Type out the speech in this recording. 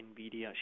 NVIDIA